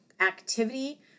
activity